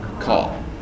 call